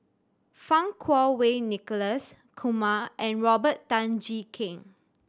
Fang Kuo Wei Nicholas Kumar and Robert Tan Jee Keng